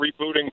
rebooting